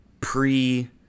pre